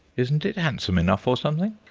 isn't it handsome enough or something?